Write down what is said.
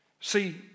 See